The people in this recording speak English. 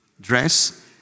dress